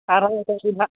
ᱟᱨᱦᱚᱸ ᱚᱱᱠᱟᱜᱮ ᱱᱟᱜᱷ